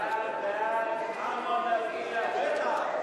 על מי זה יגולגל,